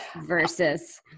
versus